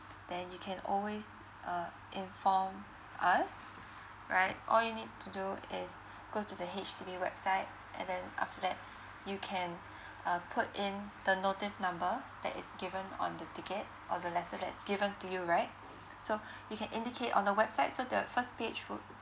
then you can always uh inform us right all you need to do is go to the H_D_B website and then after that you can uh put in the notice number that is given on the ticket or the letter that's given to you right so you can indicate on the website so the first page would